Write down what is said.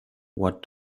what